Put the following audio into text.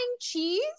cheese